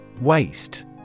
Waste